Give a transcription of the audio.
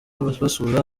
ababasura